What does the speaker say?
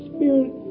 Spirit